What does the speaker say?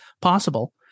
possible